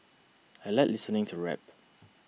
I like listening to rap